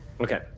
okay